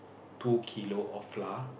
two kilo of flour